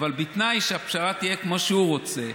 אבל בתנאי שהפשרה תהיה כמו שהוא רוצה.